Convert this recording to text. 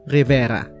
Rivera